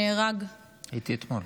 שנהרג, הייתי אתמול.